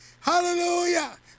Hallelujah